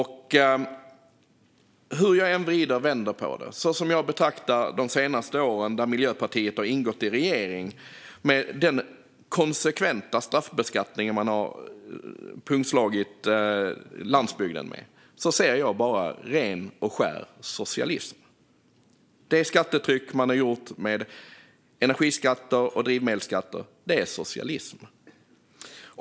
Hur jag än vrider och vänder på det, och när jag betraktar de senaste åren där Miljöpartiet ingått i regeringen, har man med en konsekvent straffbeskattning pungslagit landsbygden. Jag ser bara ren och skär socialism. Det skattetryck man har gjort med energiskatter och drivmedelsskatter är socialism.